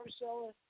Marcella